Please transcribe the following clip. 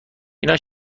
اینا